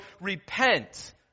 Repent